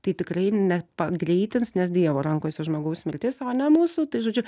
tai tikrai nepagreitins nes dievo rankose žmogaus mirtis o ne mūsų tai žodžiu